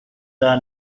the